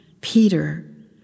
Peter